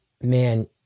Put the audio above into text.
man